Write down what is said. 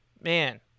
man